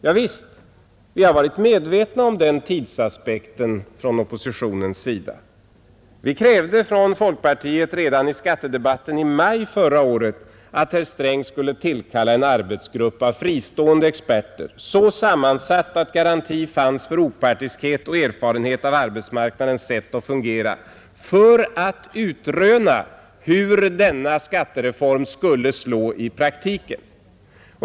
Javisst, vi har varit medvetna om den tidsaspekten från oppositionens sida. Vi krävde från folkpartiet redan i skattedebatten i maj förra året att herr Sträng skulle tillkalla en arbetsgrupp av fristående experter, så sammansatt att garanti fanns för opartiskhet och erfarenhet av arbetsmarknadens sätt att fungera, för att utröna hur denna skattereform skulle slå i praktiken.